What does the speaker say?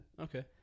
okay